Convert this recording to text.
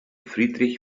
friedrich